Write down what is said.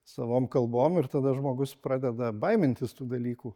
savom kalbom ir tada žmogus pradeda baimintis tų dalykų